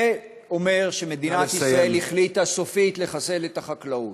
זה אומר שמדינת ישראל החליטה סופית לחסל את החקלאות.